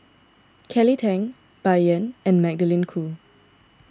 Kelly Tang Bai Yan and Magdalene Khoo